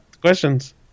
Questions